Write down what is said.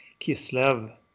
Kislev